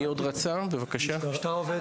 יש צורך